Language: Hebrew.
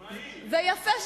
מה היא?